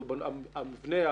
אבל המבנה,